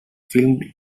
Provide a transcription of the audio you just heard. filmed